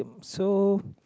so